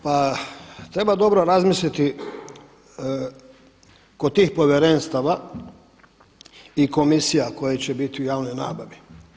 Pa treba dobro razmisliti kod tih povjerenstava i komisija koje će biti u javnoj nabavi.